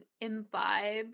imbibe